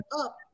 up